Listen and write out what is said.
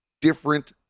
different